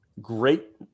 great –